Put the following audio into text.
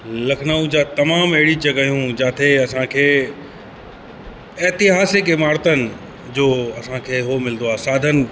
लखनऊ जा तमामु अहिड़ी जॻहियूं जाते असांखे एतिहासिक इमारतनि जो असांखे उहो मिलंदो आहे साधन